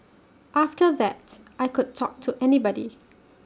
after that I could talk to anybody